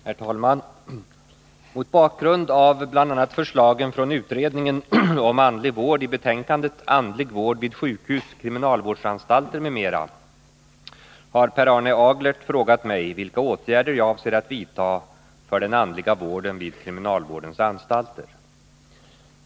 Herr talman! Mot bakgrund av bl.a. förslagen från utredningen om andlig vård i betänkandet Andlig vård vid sjukhus, kriminalvårdsanstalter m.m. har Per Arne Aglert frågat mig vilka åtgärder jag avser att vidta för den andliga vården vid kriminalvårdens anstalter.